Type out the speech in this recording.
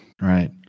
Right